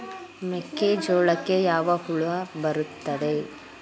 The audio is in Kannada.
ಮೆಕ್ಕೆಜೋಳಕ್ಕೆ ಯಾವ ಹುಳ ಬರುತ್ತದೆ?